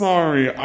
sorry